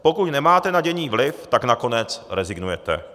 Pokud nemáte na dění vliv, tak nakonec rezignujete.